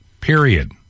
Period